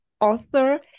author